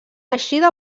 eixida